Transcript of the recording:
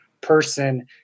person